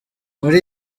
muri